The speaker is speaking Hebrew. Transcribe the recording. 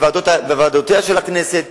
בוועדותיה של הכנסת,